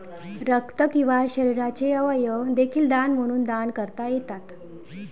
रक्त किंवा शरीराचे अवयव देखील दान म्हणून दान करता येतात